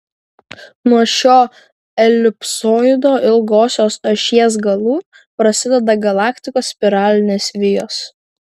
nuo šio elipsoido ilgosios ašies galų prasideda galaktikos spiralinės vijos